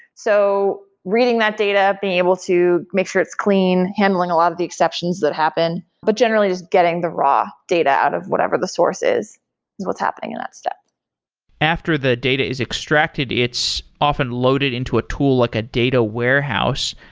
so reading that data, being able to make sure it's clean, handling a lot of the exceptions that happen, but generally just getting the raw data out of whatever the source is is what's happening in that step after the data is extracted, it's often loaded into a tool, like a data warehouse.